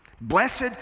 blessed